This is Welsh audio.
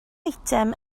eitem